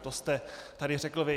To jste tady řekl vy.